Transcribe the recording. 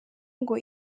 ngo